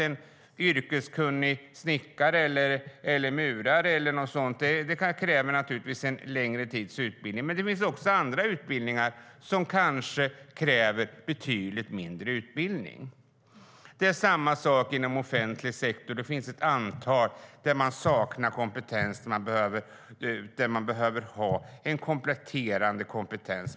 En yrkeskunnig snickare eller murare kräver naturligtvis en längre tids utbildning, men det finns också andra yrken som kräver betydligt kortare utbildning. Det är samma sak inom offentlig sektor. Det finns ett antal områden där kompetens saknas och det behövs kompletterande kompetens.